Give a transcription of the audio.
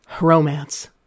Romance